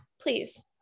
please